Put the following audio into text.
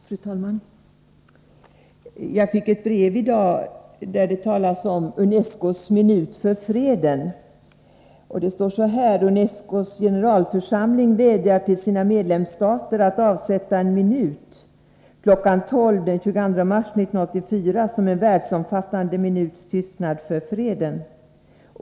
Fru talman! Jag fick i dag ett brev, där det talas om UNESCO:s minut för freden. Det står så här: ”UNESCOS generalförsamling vädjar till sina medlemsstater att avsätta en minut, klockan 12.00 den 22 mars 1984, som en världsomfattande minuts tystnad för freden.